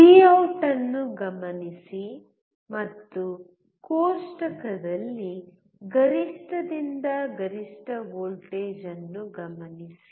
V out ಅನ್ನು ಗಮನಿಸಿ ಮತ್ತು ಕೋಷ್ಟಕದಲ್ಲಿ ಗರಿಷ್ಠದಿಂದ ಗರಿಷ್ಠ ವೋಲ್ಟೇಜ್ ಅನ್ನು ಗಮನಿಸಿ